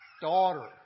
Daughter